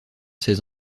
ses